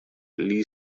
lee